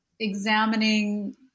examining